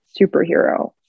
superhero